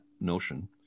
notion